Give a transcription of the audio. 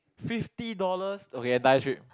fifty dollars okay a nice trip